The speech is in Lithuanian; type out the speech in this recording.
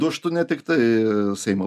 dužtų ne tik tai seimo